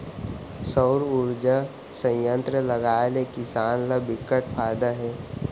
सउर उरजा संयत्र लगाए ले किसान ल बिकट फायदा हे